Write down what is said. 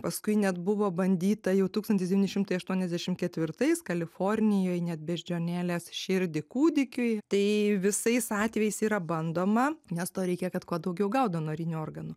paskui net buvo bandyta jau tūkstantis devyni šimtai aštuoniasdešim ketvirtais kalifornijoj net beždžionėlės širdį kūdikiui tai visais atvejais yra bandoma nes to reikia kad kuo daugiau gaut donorinių organų